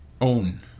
own